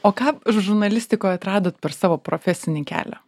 o ką žurnalistikoj atradot per savo profesinį kelią